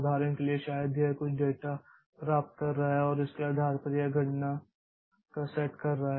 उदाहरण के लिए शायद यह कुछ डेटा प्राप्त कर रहा है और इसके आधार पर यह गणना का सेट कर रहा है